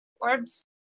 orbs